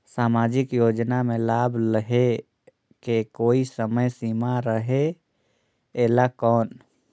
समाजिक योजना मे लाभ लहे के कोई समय सीमा रहे एला कौन?